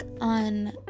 on